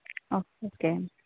ఓ okay